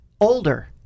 older